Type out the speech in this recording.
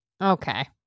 Okay